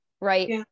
right